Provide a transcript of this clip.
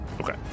Okay